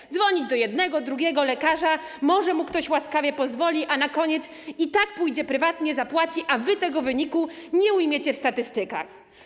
Musi dzwonić do jednego, drugiego lekarza, może mu ktoś łaskawie pozwoli, a na koniec i tak pójdzie prywatnie, zapłaci, a wy tego wyniku nie ujmiecie w statystykach.